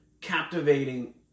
captivating